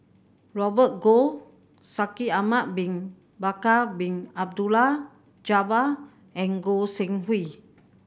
Robert Goh Shaikh Ahmad Bin Bakar Bin Abdullah Jabbar and Goi Seng Hui